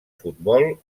futbol